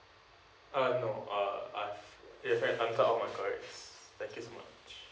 uh no uh I've you have answered all my enquiries thank you so much